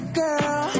girl